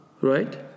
Right